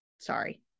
sorry